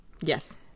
Yes